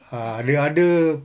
ah dia ada